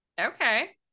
Okay